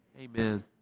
Amen